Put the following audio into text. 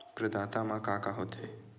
प्रदाता मा का का हो थे?